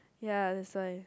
ya that's why